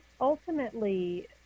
ultimately